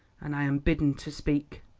and i am bidden to speak.